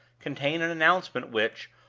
contain an announcement which,